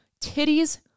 titties